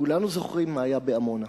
כולנו זוכרים מה היה בעמונה,